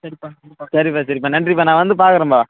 சரிப்பா சரிப்பா சரிப்பா சரிப்பா நன்றிப்பா நான் வந்து பார்க்குறேன்பா